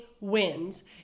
wins